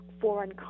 foreign